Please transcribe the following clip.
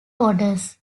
orders